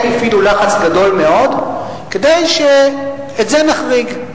הם הפעילו לחץ גדול מאוד כדי שאת זה נחריג.